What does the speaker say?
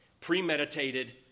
Premeditated